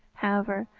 however,